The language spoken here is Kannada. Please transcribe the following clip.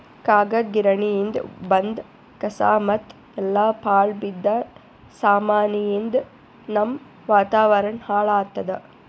ಕಾಗದ್ ಗಿರಣಿಯಿಂದ್ ಬಂದ್ ಕಸಾ ಮತ್ತ್ ಎಲ್ಲಾ ಪಾಳ್ ಬಿದ್ದ ಸಾಮಾನಿಯಿಂದ್ ನಮ್ಮ್ ವಾತಾವರಣ್ ಹಾಳ್ ಆತ್ತದ